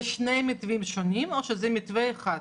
זה שני מתווים שונים או שזה מתווה אחד?